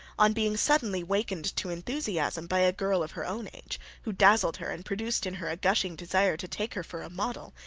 on being suddenly wakened to enthusiasm by a girl of her own age who dazzled her and produced in her a gushing desire to take her for a model,